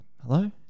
hello